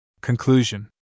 Conclusion